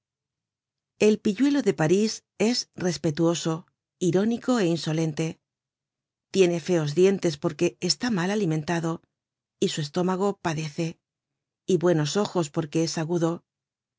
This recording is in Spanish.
el pilluelo de parís es respetuoso irónico é insolente tiene feos dientes porque está mal alimentado y su estómago padece y buenos ojos porque es agudo